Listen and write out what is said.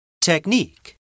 Technique